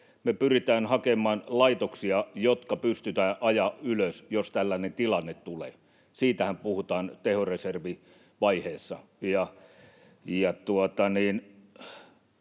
me pyritään hakemaan laitoksia, jotka pystytään ajamaan ylös, jos tällainen tilanne tulee. Siitähän puhutaan tehoreservivaiheessa.